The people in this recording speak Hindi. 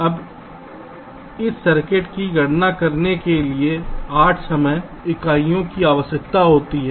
अब इस सर्किट को गणना करने के लिए 8 समय इकाइयों की आवश्यकता होती है